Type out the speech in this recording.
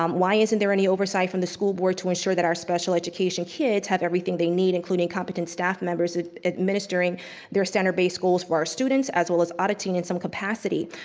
um why isn't there any oversight from the school board to ensure that our special education kids have everything they need including competent staff members administering their center based goals for our students as well as auditing in some capacity?